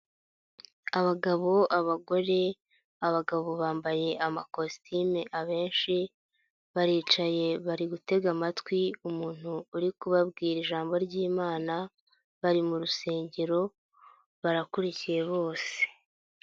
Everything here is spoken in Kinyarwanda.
Abagabo abagore. Abagabo bambaye amakositime abenshi baricaye bari gutega amatwi umuntu uri kubabwira ijambo ry'imana, bari mu rusengero, barakurikiye bose.